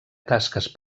tasques